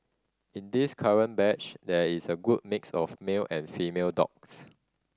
in this current batch there is a good mix of male and female dogs